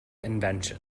invention